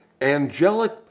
angelic